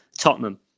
Tottenham